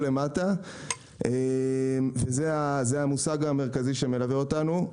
למטה וזה המושג המרכזי שמלווה אותנו.